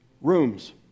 rooms